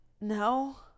no